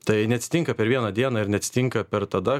tai neatsitinka per vieną dieną ir neatsitinka per tada